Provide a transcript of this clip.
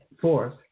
Fourth